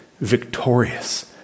victorious